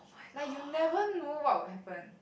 like you never know what will happen